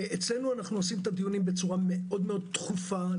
אנחנו עושים את הדיונים בצורה מאוד תכופה.